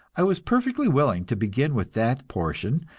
i was perfectly willing to begin with that portion,